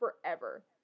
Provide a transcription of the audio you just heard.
forever